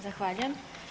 Zahvaljujem.